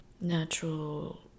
natural